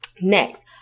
Next